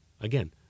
again